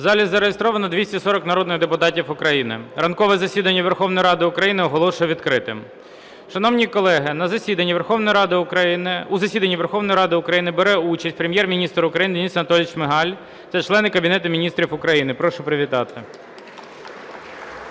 У залі зареєстровано 240 народних депутатів України. Ранкове засідання Верховної Ради України оголошую відкритим. Шановні колеги, у засіданні Верховної Ради України бере участь Прем'єр-міністр України Денис Анатолійович Шмигаль та члени Кабінету Міністрів України. Прошу привітати.